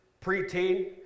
preteen